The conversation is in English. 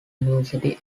university